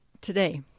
today